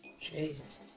Jesus